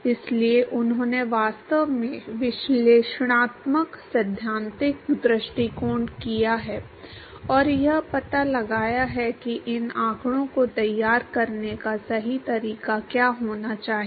इसलिए उन्होंने वास्तव में विश्लेषणात्मक सैद्धांतिक दृष्टिकोण किया है और यह पता लगाया है कि इन आंकड़ों को तैयार करने का सही तरीका क्या होना चाहिए